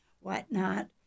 whatnot